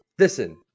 Listen